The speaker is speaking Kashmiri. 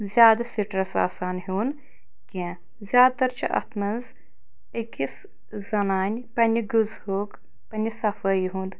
زیادٕ سِٹرس آسان ہٮ۪ون کیٚنٛہہ زیاد تر چھُ اَتھ مَنٛز أکِس زنانہِ پَنٕنہِ غذہُک پَنٕنہِ صفٲیی ہُنٛد